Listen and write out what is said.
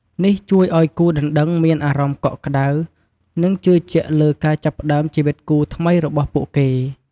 នេះជួយឲ្យគូដណ្ដឹងមានអារម្មណ៍កក់ក្តៅ និងជឿជាក់លើការចាប់ផ្ដើមជីវិតគូថ្មីរបស់ពួកគេ។